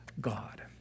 God